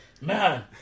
man